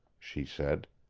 she said.